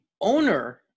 owner